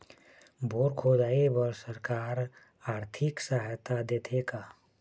Bore खोदाई बर सरकार आरथिक सहायता देथे का?